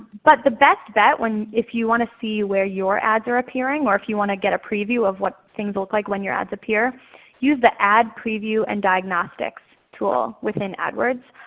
but the best bet if you want to see where your ads are appearing or if you want to get a preview of what things look like when your ads appear use the ad preview and diagnostics tool within adwords.